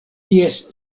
ties